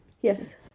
Yes